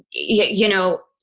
yeah you know,